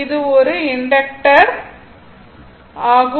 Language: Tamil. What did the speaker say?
இது ஒரு இண்டக்டர் ஆகும்